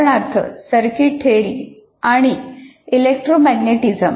उदाहरणार्थ circuit theory आणि electromagnetics